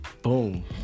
boom